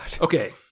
Okay